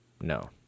No